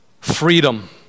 freedom